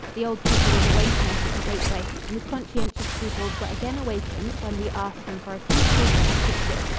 the old keeper was awaiting us at the gateway and his conscientious scruples were again awakened when we asked him for a few post-card pictures.